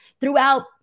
throughout